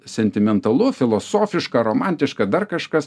sentimentalu filosofiška romantiška dar kažkas